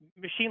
Machine